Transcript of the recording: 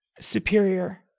superior